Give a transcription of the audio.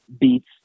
beats